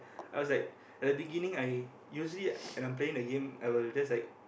I was like at the beginning I usually when I'm playing the game I will just like